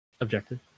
Objective